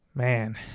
Man